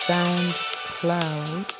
SoundCloud